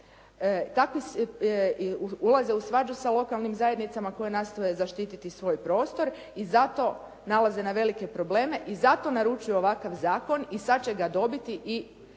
i i ulaze u svađu sa lokalnim zajednicama koje nastoje zaštititi svoj prostor i zato nalaze na velike probleme i zato naručuju ovakav zakon i sad će ga dobiti i